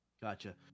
Gotcha